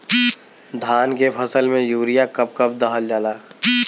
धान के फसल में यूरिया कब कब दहल जाला?